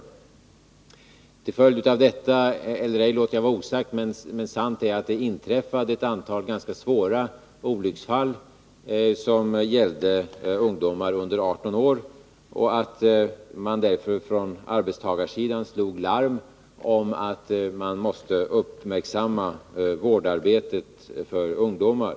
Om det var till följd av detta eller ej låter jag vara osagt, men sant är att det inträffade ett antal ganska svåra olycksfall som gällde ungdomar under 18 år och att man därför från arbetstagarsidan slog larm om att man måste uppmärksamma vårdarbetet för ungdomar.